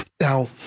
Now